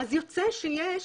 אז יוצא שיש,